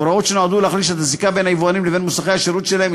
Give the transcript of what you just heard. הוראות שנועדו להחליש את הזיקה של היבואנים למוסכי השירות שלהם,